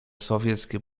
sowieckie